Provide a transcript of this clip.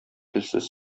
телсез